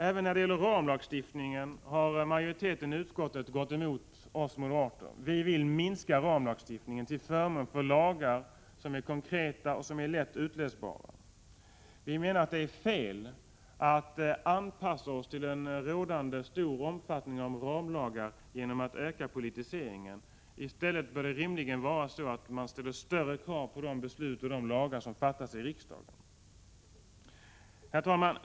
Även när det gäller ramlagstiftningen har majoriteten i utskottet gått emot oss moderater. Vi vill minska ramlagstiftningen till förmån för lagar som är konkreta och lätt utläsbara. Vi menar att det är fel att anpassa oss till den rådande stora omfattningen av ramlagar genom att öka politiseringen. I stället bör man rimligen kunna ställa större krav på lagarna och de beslut som fattas av riksdagen.